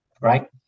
right